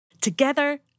Together